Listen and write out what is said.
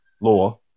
law